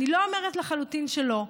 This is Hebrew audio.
אני לא אומרת לחלוטין שלא,